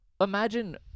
imagine